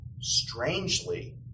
strangely